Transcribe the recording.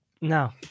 No